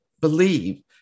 believe